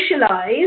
socialize